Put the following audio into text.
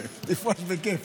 תפרוש בכיף.